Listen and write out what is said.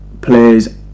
players